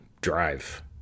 drive